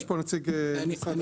יש פה נציג משרד